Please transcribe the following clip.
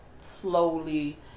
slowly